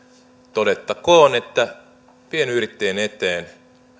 todettakoon että pienyrittäjien eteen